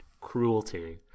cruelty